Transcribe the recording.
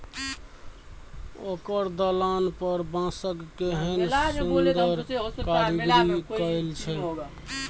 ओकर दलान पर बांसक केहन सुन्नर कारीगरी कएल छै